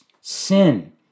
sin